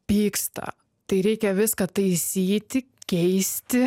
pyksta tai reikia viską taisyti keisti